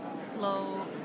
Slow